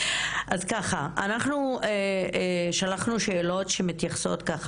אנחנו שלחנו שאלות שמתייחסות לנושאים הבאים: